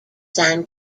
san